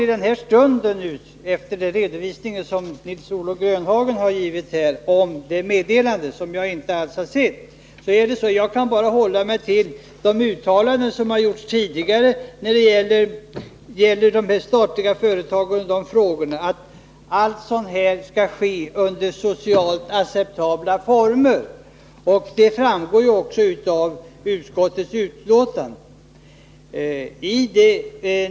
I denna stund — efter den redovisning som Nils-Olof Grönhagen här har givit om det meddelande som jag själv inte har sett — kan jag självfallet bara hålla mig till de uttalanden som tidigare har gjorts när det gäller statliga företag. Det har då betonats att sådana här omstruktureringar skall ske i socialt acceptabla former. Det framgår också av utskottets betänkande.